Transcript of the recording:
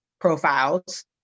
profiles